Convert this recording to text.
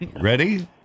Ready